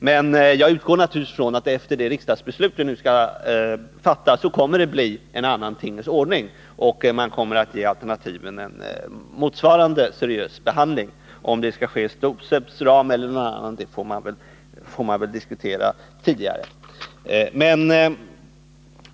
Men ' jag utgår naturligtvis från att det efter det riksdagsbeslut som vi nu skall fatta kommer att bli en annan tingens ordning, och från att alternativen kommer att få en motsvarande seriös behandling — om genom STOSEB eller någon annan får man väl diskutera senare.